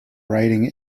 writing